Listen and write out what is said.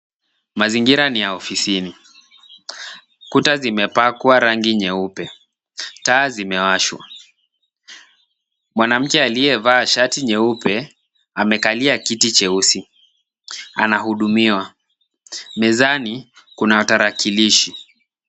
Mazingira ni ya ofisini. Kuta zimepakwa rangi nyeupe. Taa zimewashwa, mwanamke aliyevaa shati nyeupe, amekalia kiti cheusi. Anahudumiwa, mezani, kuna tarakilishi.